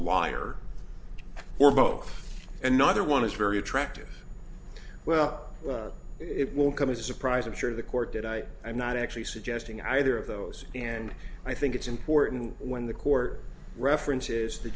liar or both and neither one is very attractive well it will come as a surprise i'm sure the court did i am not actually suggesting either of those and i think it's important when the court references the